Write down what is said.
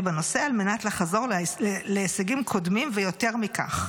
בנושא על מנת לחזור להישגים קודמים ויותר מכך.